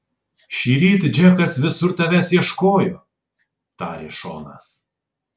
šįryt džekas visur tavęs ieškojo tarė šonas